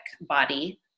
body